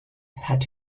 hat